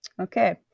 Okay